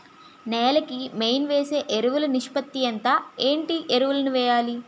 నేల కి మెయిన్ వేసే ఎరువులు నిష్పత్తి ఎంత? ఏంటి ఎరువుల వేయాలి?